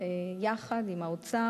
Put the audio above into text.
יחד עם האוצר,